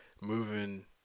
moving